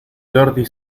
jordi